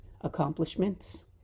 accomplishments